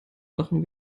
machen